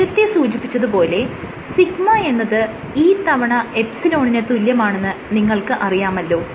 നേരത്തെ സൂചിപ്പിച്ചത് പോലെ σ എന്നത് E തവണ ε ന് തുല്യമാണെന്ന് നിങ്ങൾക്ക് അറിയാമല്ലോ